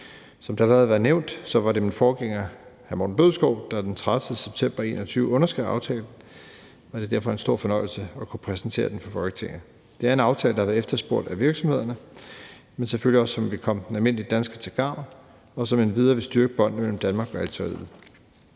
Som det allerede er blevet nævnt, var det min forgænger, hr. Morten Bødskov, der den 30. september 2021 underskrev aftalen, og det er derfor en stor fornøjelse at kunne præsentere den for Folketinget. Det er en aftale, der har været efterspurgt af virksomhederne, men som selvfølgelig også vil komme den almindelige dansker til gavn, og som endvidere vil styrke båndene mellem Danmark og Algeriet.